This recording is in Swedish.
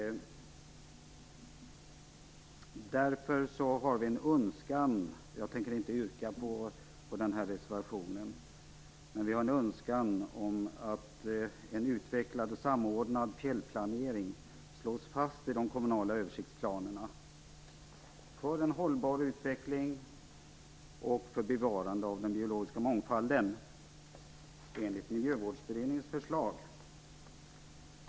Därför har vi en önskan - jag har inget yrkande om den här reservationen - om att en utvecklad och samordnad fjällplanering slås fast i de kommunala översiktsplanerna, för en hållbar utveckling och för bevarande av den biologiska mångfalden, enligt Miljövårdsberedningens förslag.